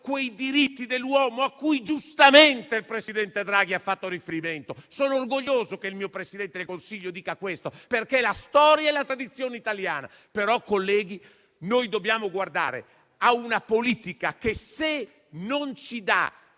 quei diritti dell'uomo cui, giustamente, il presidente Draghi ha fatto riferimento. Sono orgoglioso che il mio Presidente del Consiglio faccia tali affermazioni, perché sono la storia e la tradizione italiana, ma, colleghi, noi dobbiamo mirare a cambiare una politica che, se non ci dà